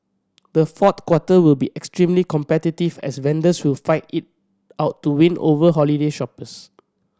the fourth quarter will be extremely competitive as vendors will fight it out to win over holiday shoppers